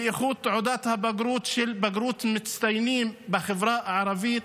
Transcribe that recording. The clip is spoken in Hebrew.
בייחוד תעודת הבגרות של בגרות מצטיינים בחברה הערבית,